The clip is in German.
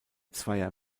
zweier